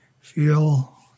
feel